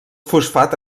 fosfat